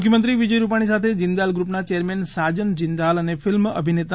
મુખ્યમંત્રી વિજય રૂપાણી સાથે ઝિંદાલ ગ્રુપના ચેરમેન સાજન ઝિંદાલ અને ફિલ્મ અભિનેતા